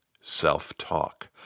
Self-Talk